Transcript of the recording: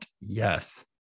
yes